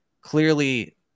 clearly